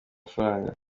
amafaranga